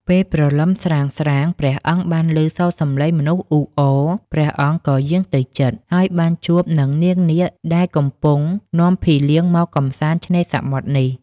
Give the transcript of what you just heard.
ពេលព្រលឹមស្រាងៗ ព្រះអង្គបានឮសូរសំឡេងមនុស្សអ៊ូអរ ព្រះអង្គក៏យាងទៅជិត ហើយបានជួបនឹងនាងនាគដែលកំពុងនាំភីលៀងមក កម្សាន្តឆ្នេរសមុទ្រនេះ។